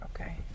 Okay